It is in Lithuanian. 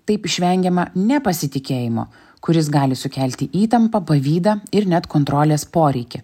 taip išvengiama nepasitikėjimo kuris gali sukelti įtampą pavydą ir net kontrolės poreikį